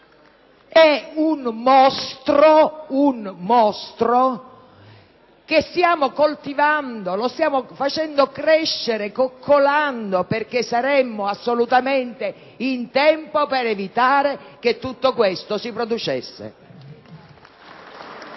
È un mostro che stiamo coltivando, lo stiamo facendo crescere e coccolando, invece saremmo assolutamente in tempo per evitare che tutto questo si produca.